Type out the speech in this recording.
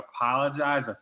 apologize